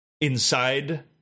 inside